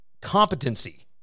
competency